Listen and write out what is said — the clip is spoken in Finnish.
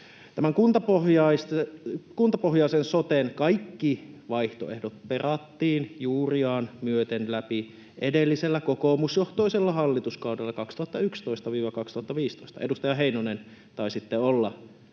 Tämän kuntapohjaisen soten kaikki vaihtoehdot perattiin juuriaan myöten läpi edellisellä kokoomusjohtoisella hallituskaudella 2011—2015. Edustaja Heinonen, taisitte olla